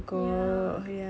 ya